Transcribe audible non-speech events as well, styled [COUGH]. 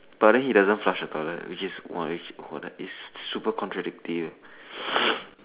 but then he doesn't flush the toilet which is !wah! !woah! that is super contradictive leh [NOISE]